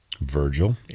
Virgil